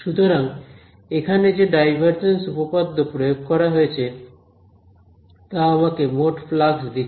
সুতরাং এখানে যে ডাইভারজেন্স উপপাদ্য প্রয়োগ করা হয়েছে তা আমাকে মোট ফ্লাক্স দিচ্ছে